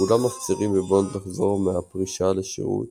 כולם מפצירים בבונד לחזור מהפרישה לשירות